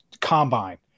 combine